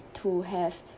to have